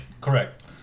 Correct